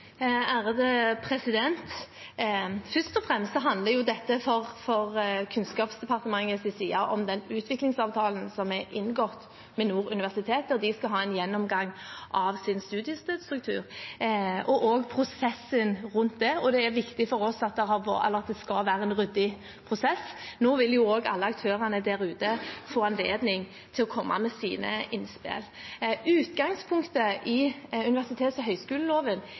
Først og fremst handler jo dette fra Kunnskapsdepartementets side om den utviklingsavtalen som er inngått med Nord universitet, og også prosessen rundt universitetets gjennomgang av sin studiestedsstruktur. Det er viktig for oss at det skal være en ryddig prosess, og nå vil alle aktørene der ute få anledning til å komme med sine innspill. Utgangspunktet i universitets- og høyskoleloven